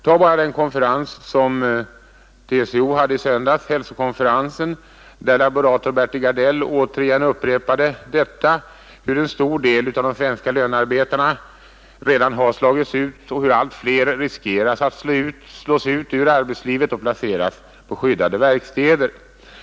Ta bara hälsokonferensen som TCO hade i söndags, där laborator Bertil Gardell återigen upprepade hur en stor del av de svenska lönearbetarna redan har slagits ut och hur allt fler riskerar att slås ut ur arbetslivet och placeras på skyddade verkstäder.